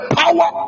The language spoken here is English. power